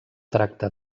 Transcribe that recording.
tracta